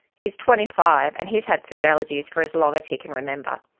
he is twenty five and he has had food allergies for as long as he can remember.